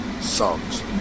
songs